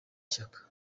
shyaka